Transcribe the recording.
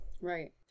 Right